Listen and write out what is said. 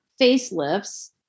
facelifts